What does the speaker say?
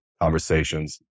conversations